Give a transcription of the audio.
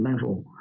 level